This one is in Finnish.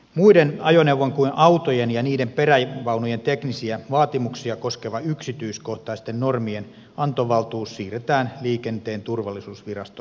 muiden ajoneuvojen kuin autojen ja niiden perävaunujen teknisiä vaatimuksia koskeva yksityiskohtaisten normienantovaltuus siirretään liikenteen turvallisuusvirasto trafille